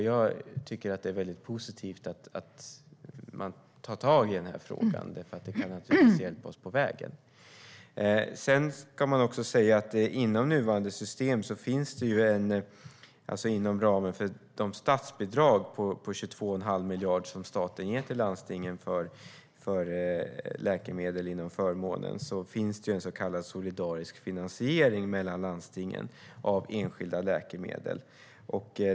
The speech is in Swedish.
Jag tycker att det är positivt att man tar tag i den här frågan, för det kan hjälpa oss på vägen. Det ska också sägas att inom nuvarande system, alltså inom ramen för de statsbidrag på 22 1⁄2 miljard som staten ger till landstingen för läkemedel inom förmånen, finns det en så kallad solidarisk finansiering av enskilda läkemedel mellan landstingen.